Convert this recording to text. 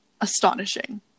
astonishing